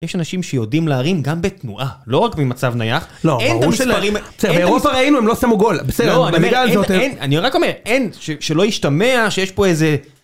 יש אנשים שיודעים להרים גם בתנועה, לא רק ממצב נייח. לא, ברור שלא... בסדר, באירופה ראינו, הם לא שמו גול, בסדר, במידה הזאת... אני רק אומר, אין, שלא ישתמע, שיש פה איזה...